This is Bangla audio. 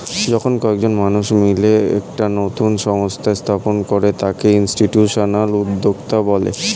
যখন কয়েকজন মানুষ মিলে একটা নতুন সংস্থা স্থাপন করে তাকে ইনস্টিটিউশনাল উদ্যোক্তা বলে